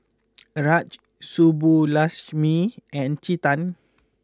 Raj Subbulakshmi and Chetan